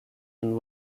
and